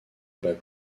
bas